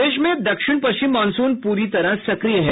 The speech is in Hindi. प्रदेश में दक्षिण पश्चिम मॉनसून पूरी तरह सक्रिय है